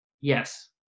Yes